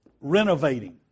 renovating